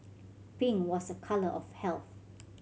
pink was a colour of health